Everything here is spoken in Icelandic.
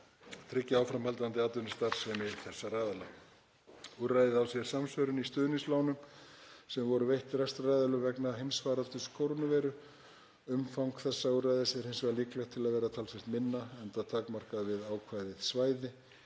tryggja áframhaldandi atvinnustarfsemi þessara aðila. Úrræðið á sér samsvörun í stuðningslánum sem voru veitt rekstraraðilum vegna heimsfaraldurs kórónuveiru. Umfang þessa úrræðis er hins vegar líklegt til að vera talsvert minna, enda takmarkað við ákveðið svæði,